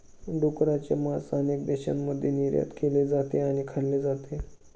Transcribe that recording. डुकराचे मांस अनेक देशांमध्ये निर्यात केले जाते आणि खाल्ले जाते